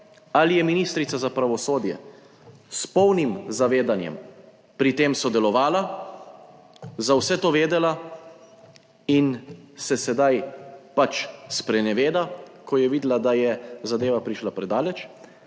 Ali je ministrica za pravosodje s polnim zavedanjem pri tem sodelovala, za vse to vedela in se sedaj pač spreneveda, ko je videla, da je zadeva prišla predaleč.